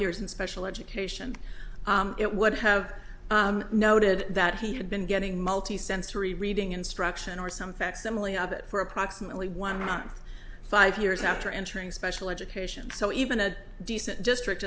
years in special education it would have noted that he had been getting multisensory reading instruction or some facsimile of it for approximately one month five years after entering special education so even a decent district